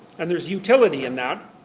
and there's utility in that,